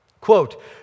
Quote